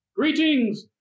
Greetings